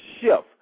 shift